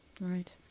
right